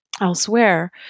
elsewhere